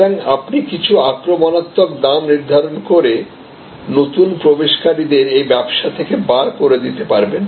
সুতরাং আপনি কিছু আক্রমণাত্মক দাম নির্ধারণ করে নতুন প্রবেশকারীদের এই ব্যবসা থেকে বার করে দিতে পারেন